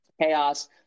chaos